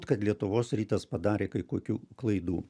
kad lietuvos rytas padarė kai kokių klaidų